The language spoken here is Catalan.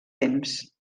temps